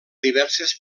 diverses